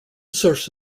source